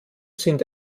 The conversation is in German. sind